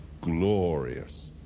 glorious